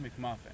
McMuffin